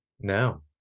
No